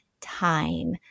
time